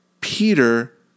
Peter